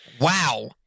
Wow